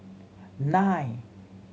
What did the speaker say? nine